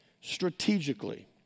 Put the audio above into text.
strategically